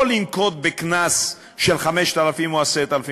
לא לנקוט קנס של 5,000 או 10,000 שקלים,